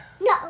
No